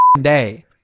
day